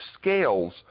scales